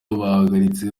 bahagaritswe